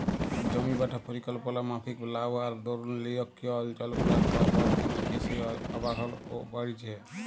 জমিবাঁটা পরিকল্পলা মাফিক লা হউয়ার দরুল লিরখ্খিয় অলচলগুলারলে বল ক্যমে কিসি অ আবাসল বাইড়হেছে